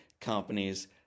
Companies